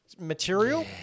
Material